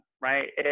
right